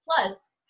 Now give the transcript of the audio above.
Plus